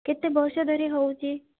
କେତେ ବର୍ଷ ଧରି ହେଉଛି